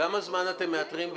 בכמה זמן אתם מאתרים?